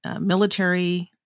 military